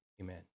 Amen